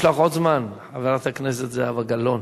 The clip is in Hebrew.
יש לך עוד זמן, חברת הכנסת זהבה גלאון.